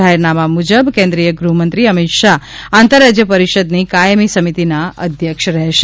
જાહેરનામા મુજબ કેન્દ્રીય ગ્રહમંત્રી અમિત શાહ આંતરરાજય પરિષદની કાયમી સમિતિના અધ્યક્ષ રહેશે